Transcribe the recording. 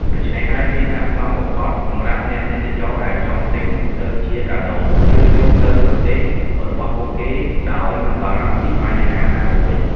ដូច្នេះហើយ វាស័ក្តិសមបំផុតសម្រាប់អ្នកទេសចរណ៍ដែលចង់ទិញទៅជាកាដូ ឬយកទៅប្រទេសរបស់ពួកគេដោយមិនបារម្ភពីបញ្ហាណាមួយ។